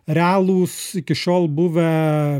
realūs iki šiol buvę